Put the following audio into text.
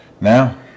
Now